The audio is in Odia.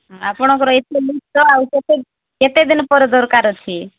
ଆପଣଙ୍କର ଏତେ ଜିନିଷ ଆଉ କେତେ କେତେ ଦିନ ପରେ ଦରକାର ଅଛି